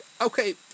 Okay